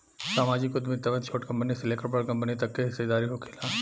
सामाजिक उद्यमिता में छोट कंपनी से लेकर बड़ कंपनी तक के हिस्सादारी होखेला